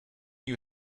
you